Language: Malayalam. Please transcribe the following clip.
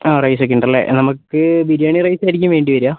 ആ റൈസൊക്കെ ഉണ്ടല്ലേ നമുക്ക് ബിരിയാണി റൈസായിരിക്കും വേണ്ടി വരിക